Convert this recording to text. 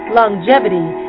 longevity